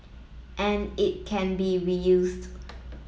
and it can be reused